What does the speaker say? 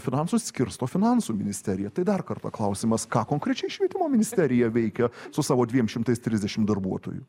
finansus skirsto finansų ministerija tai dar kartą klausimas ką konkrečiai švietimo ministerija veikia su savo dviem šimtais trisdešim darbuotojų